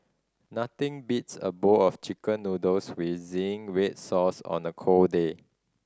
nothing beats a bowl of Chicken Noodles with zingy red sauce on a cold day